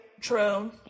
True